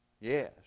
Yes